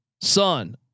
son